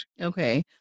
Okay